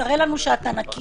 "תראה לנו שאתה לא מאומת".